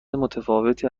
متفاوتی